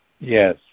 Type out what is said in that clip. Yes